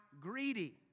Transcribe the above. greedy